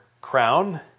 crown